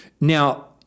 Now